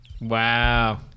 Wow